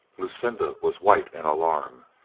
lucinda was white in alarm.